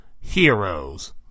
heroes